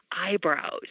eyebrows